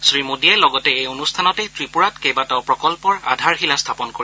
শ্ৰী মোদীয়ে লগতে এই অনুষ্ঠানতে ত্ৰিপুৰাত কেইবাটাও প্ৰকল্পৰ আধাৰশিলা স্থাপন কৰিব